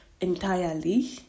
entirely